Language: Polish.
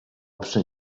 przy